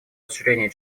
расширения